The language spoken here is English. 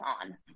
on